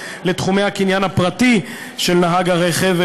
לתחומי הקניין הפרטי של נהג הרכב,